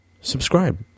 Subscribe